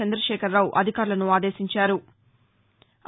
చంద్రశేఖర్రావు అధికారులను ఆదేశించారు